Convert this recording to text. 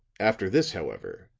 after this, however,